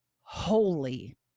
Holy